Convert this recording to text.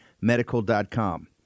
medical.com